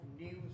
news